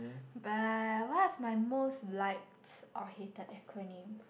but what's my most likes or hated acronym